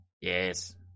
Yes